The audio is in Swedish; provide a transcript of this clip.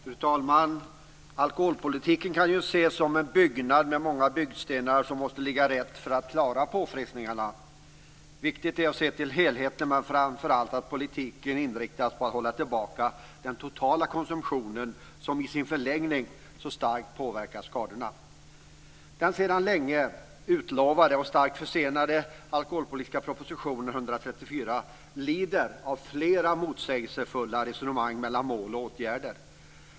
Fru talman! Alkoholpolitiken kan ses som en byggnad med många byggstenar som måste ligga rätt för att klara påfrestningarna. Viktigt är att se till helheten, men framför allt att politiken inriktas på att hålla tillbaka den totala konsumtionen som i sin förlängning så starkt påverkar skadorna. Den sedan länge utlovade och starkt försenade alkoholpolitiska propositionen 134 lider av flera motsägelsefulla resonemang mellan mål och åtgärder.